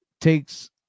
takes